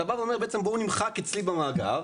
אתה בא ואומר בעצם, בואו נמחק אצלי במאגר,